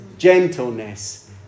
Gentleness